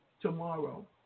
tomorrow